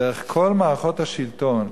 דרך כל מערכות השלטון,